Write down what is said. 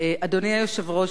אדוני היושב-ראש,